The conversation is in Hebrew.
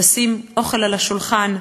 לשים אוכל על השולחן,